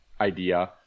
idea